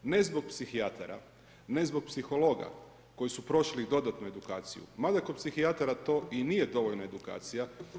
Ne zbog psihijatara, ne zbog psihologa, koji su prošli dodatnu edukaciju, ma da kod psihijatara i to nije dovoljna edukacija.